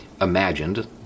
imagined